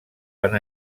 van